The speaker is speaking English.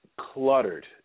cluttered